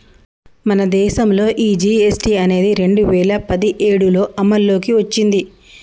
మన దేసంలో ఈ జీ.ఎస్.టి అనేది రెండు వేల పదిఏడులో అమల్లోకి ఓచ్చింది